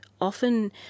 often